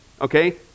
okay